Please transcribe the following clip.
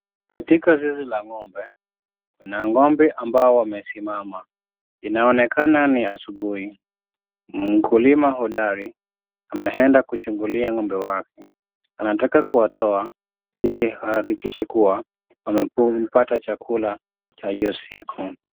Katika zizi la ng'ombe kuna ng'ombe ambao wamesimama, inaonekana ni asubuhi, mkulima hodari ameenda kuchungulia ng'ombe wake, anataka kuwatoa ili ahakikishe kuwa wamepata chakula cha hiyo siku.